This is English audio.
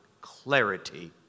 clarity